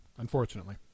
Unfortunately